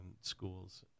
schools